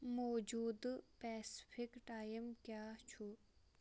موٗجوٗدٕ Pacific time کیاہ چھُ ؟